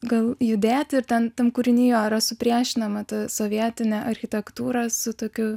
gal judėti ir ten tam kūrinyje yra supriešinama ta sovietinė architektūra su tokiu